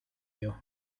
you